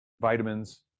vitamins